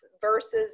versus